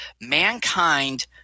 mankind